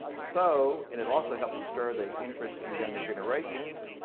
so and it also helps to stir the interest in younger generations.